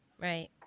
Right